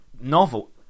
novel